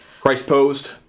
Christ-posed